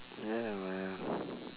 ya man